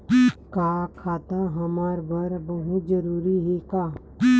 का खाता हमर बर बहुत जरूरी हे का?